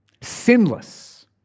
sinless